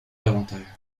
davantage